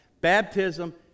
Baptism